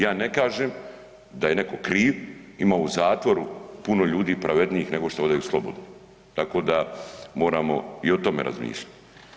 Ja ne kažem da je neko kriv, ima u zatvoru puno ljudi pravednijih nego što odaju slobodni, tako da moramo i o tome razmišljati.